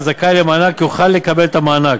הזכאי למענק יוכל לקבל את המענק.